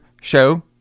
show